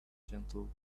gentle